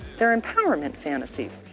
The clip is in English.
they're empowerment fantasies.